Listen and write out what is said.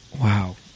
wow